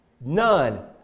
None